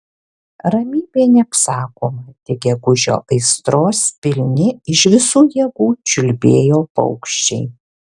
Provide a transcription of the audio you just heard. ramybė neapsakoma tik gegužio aistros pilni iš visų jėgų čiulbėjo paukščiai